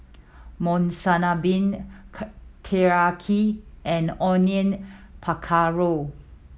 Monsunabe Teriyaki and Onion Pakora